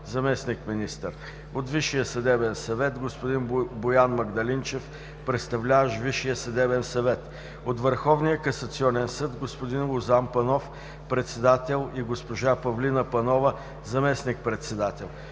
заместник-министър; от Висшия съдебен съвет: господин Боян Магдалинчев – представляващ ВСС; от Върховния касационен съд: господин Лозан Панов – председател, и госпожа Павлина Панова – заместник-председател;